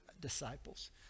disciples